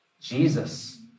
Jesus